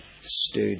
stood